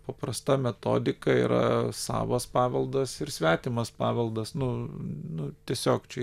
paprasta metodika yra savas paveldas ir svetimas paveldas nu nu tiesiog čia